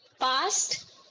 Past